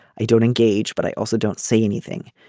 i don't engage but i also don't say anything.